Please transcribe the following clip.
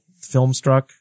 Filmstruck